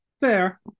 Fair